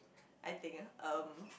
I think um